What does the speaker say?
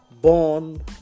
born